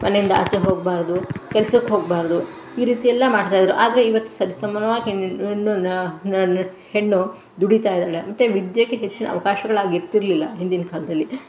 ಮನೆಯಿಂದ ಆಚೆ ಹೋಗಬಾರ್ದು ಕೆಲ್ಸಕ್ಕೆ ಹೋಗಬಾರ್ದು ಈ ರೀತಿಯೆಲ್ಲ ಮಾಡ್ತಾಯಿದ್ದರು ಆದರೆ ಈವತ್ತು ಸರಿ ಸಮನವಾಗಿ ಹೆಣ್ಣು ದುಡಿತಾಯಿದ್ದಾಳೆ ಮತ್ತು ವಿದ್ಯೆಗೆ ಹೆಚ್ಚಿನ ಅವಕಾಶಗಳಾಗಿ ಇರ್ತಿರಲಿಲ್ಲ ಹಿಂದಿನ ಕಾಲದಲ್ಲಿ